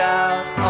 out